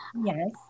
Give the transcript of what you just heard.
Yes